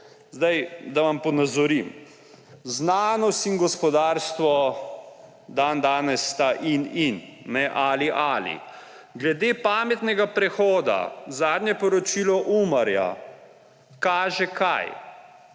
Naj vam ponazorim: znanost in gospodarstvo dandanes sta in-in, ne ali-ali. Glede pametnega prehoda. Zadnje poročilo Umarja kaže – kaj?